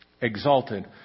exalted